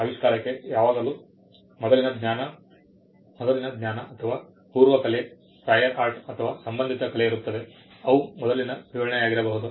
ಆವಿಷ್ಕಾರಕ್ಕೆ ಯಾವಾಗಲೂ ಮೊದಲಿನ ಜ್ಞಾನ ಅಥವಾ ಪೂರ್ವ ಕಲೆ ಅಥವಾ ಸಂಬಂಧಿತ ಕಲೆ ಇರುತ್ತದೆ ಅವು ಮೊದಲಿನ ಕಲೆಯ ವಿವರಣೆಯಾಗಿರಬಹುದು